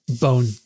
bone